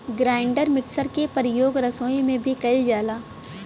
grinder mixer के परियोग रसोई में भी कइल जाला